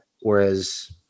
Whereas